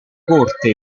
corte